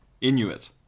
Inuit